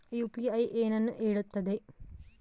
UPI ಏನನ್ನು ಹೇಳುತ್ತದೆ?